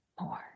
more